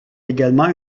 également